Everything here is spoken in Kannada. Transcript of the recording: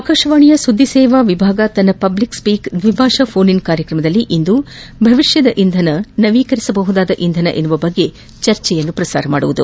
ಆಕಾಶವಾಣಿಯ ಸುದ್ದಿ ಸೇವಾ ವಿಭಾಗ ತನ್ನ ಪಬ್ಲಿಕ್ ಸ್ವೀಕ್ ದ್ವಿಭಾಷಾ ಪೋನ್ ಇನ್ ಕಾರ್ಯಕ್ರಮದಲ್ಲಿ ಇಂದು ಭವಿಷ್ಣದ ಇಂಧನ ನವೀಕರಿಸಬಹುದಾದ ಇಂಧನ ಕುರಿತ ಚರ್ಚೆಯನ್ನು ಪ್ರಸಾರ ಮಾಡಲಿದೆ